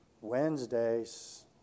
Wednesdays